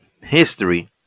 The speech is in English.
history